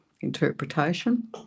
interpretation